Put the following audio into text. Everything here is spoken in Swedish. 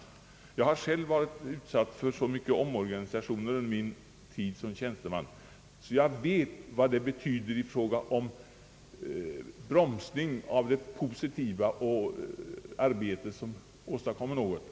Jag har själv så många gånger varit utsatt för omorganisationer under min tid som tjänsteman att jag vet vad det betyder i fråga om uppbromsning av det positiva arbete som åstadkommer någonting.